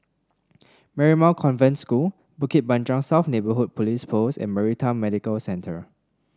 Marymount Convent School Bukit Panjang South Neighbourhood Police Post and Maritime Medical Centre